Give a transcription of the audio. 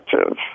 active